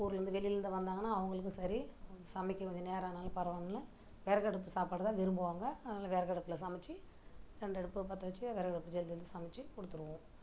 ஊர்லந்து வெளிலருந்து வந்தாங்கன்னா அவங்களுக்கும் சரி சமைக்க கொஞ்சம் நேரம் ஆனாலும் பரவாயில்லன்னு விறகு அடுப்பு சாப்பாடு தான் விரும்புவாங்க அதனால் விறகு அடுப்பில் சமைத்து ரெண்டு அடுப்பு பற்ற வச்சு விறகு அடுப்பில் செஞ்சு வந்து சமைச்சு கொடுத்துருவோம்